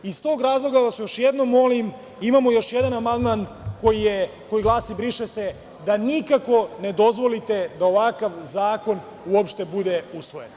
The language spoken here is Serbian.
Iz tog razloga vas još jednom molim, imamo još jedan amandman koji glasi briše se, da nikako ne dozvolite da ovakav zakon uopšte bude usvojen.